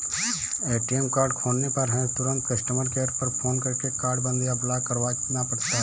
ATM card खोने पर हमें तुरंत कस्टमर केयर पर फ़ोन करके कार्ड बंद या ब्लॉक करवाना पड़ता है